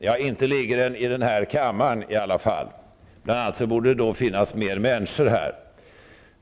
Ja, inte ligger den i den här kammaren i alla fall. I så fall borde det bl.a. finnas mer människor här.